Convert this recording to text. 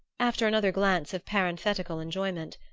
after another glance of parenthetical enjoyment.